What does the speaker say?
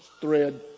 thread